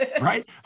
Right